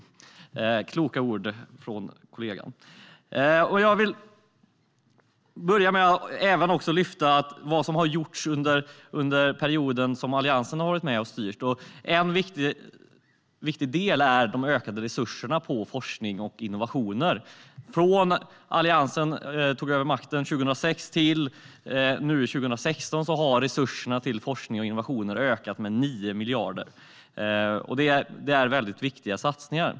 Det var kloka ord från kollegan. Jag vill även lyfta fram vad som gjordes under den period när Alliansen styrde. En viktig del är de ökade resurserna till forskning och innovationer. Från det att Alliansen tog över makten 2006 till nu, 2016, har resurserna till forskning och innovationer ökat med 9 miljarder. Det är väldigt viktiga satsningar.